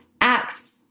acts